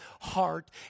heart